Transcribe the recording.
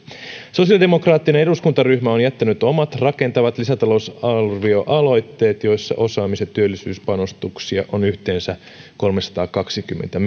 sosiaalidemokraattinen eduskuntaryhmä on jättänyt omat rakentavat lisätalousar vioaloitteensa joissa osaamis ja työllisyyspanostuksia on yhteensä kolmesataakaksikymmentä